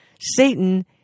Satan